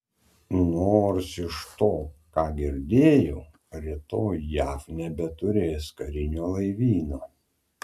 nors iš to ką girdėjau rytoj jav nebeturės karinio laivyno